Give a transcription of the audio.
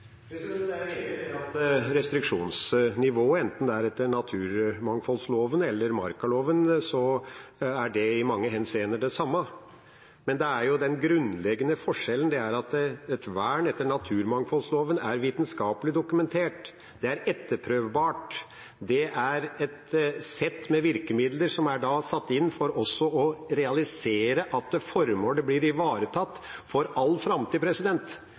er enig i at restriksjonsnivået i mange henseender er det samme, enten det er etter naturmangfoldloven eller markaloven. Men den grunnleggende forskjellen er at et vern etter naturmangfoldloven er vitenskapelig dokumentert, det er etterprøvbart, det er et sett med virkemidler som er satt inn for å realisere at formålet blir ivaretatt for all framtid.